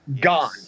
gone